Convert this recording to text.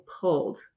pulled